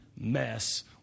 mess